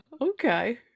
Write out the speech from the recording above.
Okay